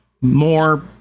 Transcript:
more